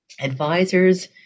advisors